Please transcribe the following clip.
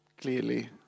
clearly